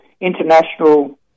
international